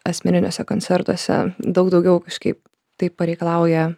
asmeniniuose koncertuose daug daugiau kažkaip tai pareikalauja